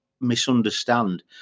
misunderstand